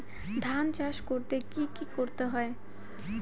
ধান চাষ করতে কি কি করতে হয়?